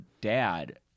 dad